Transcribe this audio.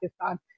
Pakistan